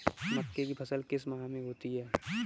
मक्के की फसल किस माह में होती है?